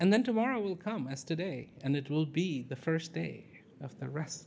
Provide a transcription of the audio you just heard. and then tomorrow will come as today and it will be the first day of the rest